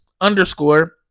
underscore